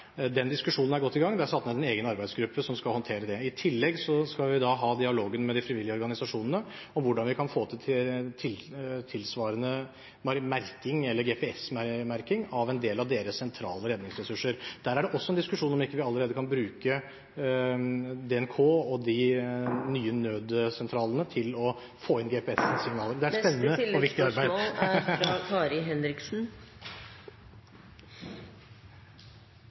Den diskusjonen er godt i gang, det er satt ned en egen arbeidsgruppe som skal håndtere det. I tillegg skal vi da ha dialogen med de frivillige organisasjonene om hvordan vi kan få til tilsvarende merking, eller GPS-merking, av en del av deres sentrale redningsressurser. Der er det også en diskusjon om vi ikke allerede kan bruke DNK og de nye nødsentralene til å få inn GPS-signaler. Det er et spennende og viktig arbeid. Kari Henriksen